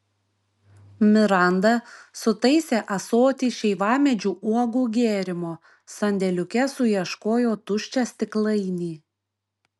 miranda sutaisė ąsotį šeivamedžių uogų gėrimo sandėliuke suieškojo tuščią stiklainį